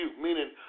Meaning